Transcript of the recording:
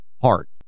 heart